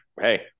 Hey